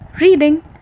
reading